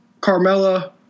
Carmella